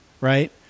right